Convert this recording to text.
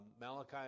Malachi